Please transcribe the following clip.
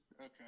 Okay